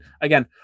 again